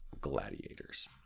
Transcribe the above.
Gladiators